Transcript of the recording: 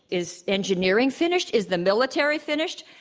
is engineering finished? is the military finished?